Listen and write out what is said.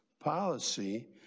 policy